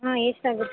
ಹಾಂ ಎಷ್ಟಾಗುತ್ತೆ